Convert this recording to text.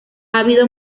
habido